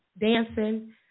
dancing